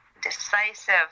decisive